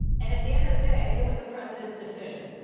and at the end of the day, it was the president's decision.